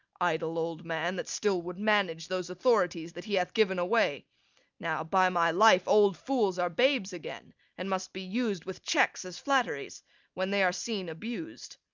idle old man, that still would manage those authorities that he hath given away now, by my life, old fools are babes again and must be us'd with checks as flatteries when they are seen abus'd.